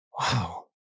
wow